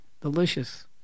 Delicious